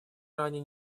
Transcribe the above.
ранее